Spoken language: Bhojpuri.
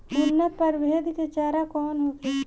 उन्नत प्रभेद के चारा कौन होखे?